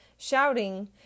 shouting